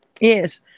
Yes